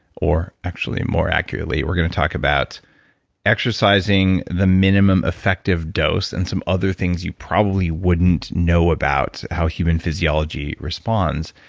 or actually, more accurately, we're going to talk about exercising the minimum effective dose and some other things you probably wouldn't know about how human physiology responds.